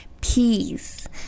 peace